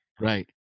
right